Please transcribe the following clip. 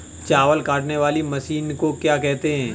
चावल काटने वाली मशीन को क्या कहते हैं?